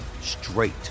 straight